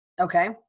Okay